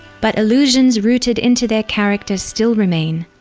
but illusions rooted into their character still remain.